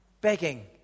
begging